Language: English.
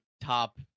top